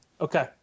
Okay